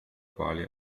quali